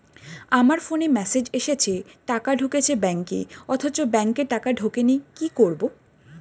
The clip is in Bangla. আমার ফোনে মেসেজ এসেছে টাকা ঢুকেছে ব্যাঙ্কে অথচ ব্যাংকে টাকা ঢোকেনি কি করবো?